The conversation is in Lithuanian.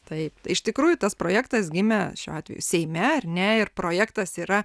taip iš tikrųjų tas projektas gimė šiuo atveju seime ar ne ir projektas yra